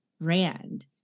brand